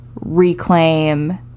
reclaim